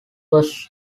first